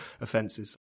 offences